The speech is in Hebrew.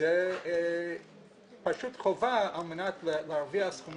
זאת פשוט חובה על מנת להרוויח סכומים כאלה.